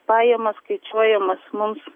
pajamas skaičiuojamas mums